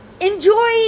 enjoy